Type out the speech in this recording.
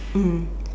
mm